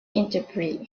interpret